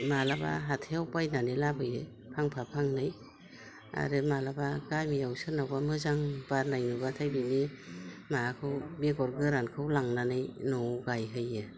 माब्लाबा हाथायाव बायनानै लाबोयो फांफा फांनै आरो माब्लाबा गामियाव सोरनावबा मोजां बारनाय नुबाथाय बिनि माबाखौ बेगर गोरानखौ लांनानै न'आव गायहैयो